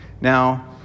Now